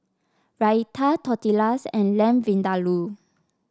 Raita Tortillas and Lamb Vindaloo